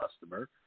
customer